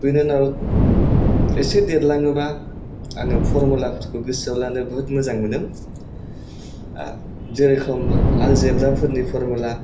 बेनि उनाव एसे देरलाङोबा आङो फरमुलाफोरखौ गोसोआव लानो बहुत मोजां मोनोमोन जेरैखोम आलजेब्राफोरनि फरमुला